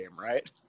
right